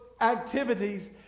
activities